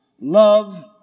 love